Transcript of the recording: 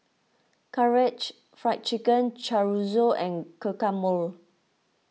Karaage Fried Chicken Chorizo and Guacamole